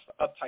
uptight